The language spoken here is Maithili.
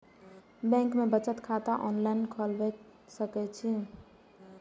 बैंक में बचत खाता ऑनलाईन खोलबाए सके छी?